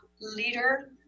leader